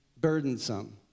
burdensome